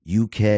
uk